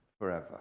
Forever